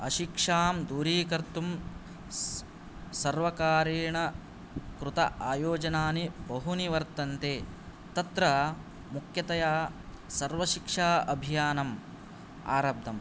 अशिक्षां दूरीकर्तुं स सर्वकारेण कृत आयोजनानि बहूनि वर्तन्ते तत्र मुख्यतया सर्वशिक्षा अभियानं आरब्धं